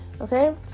okay